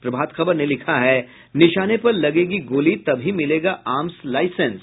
प्रभात खबर ने लिखा है निशाने पर लगेगी गोली तभी मिलेगा आर्म्स लाईसेंस